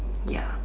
ya